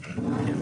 מרעי.